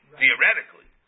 theoretically